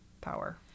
power